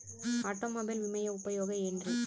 Automobile ವಿಮೆಯ ಉಪಯೋಗ ಏನ್ರೀ?